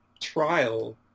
trial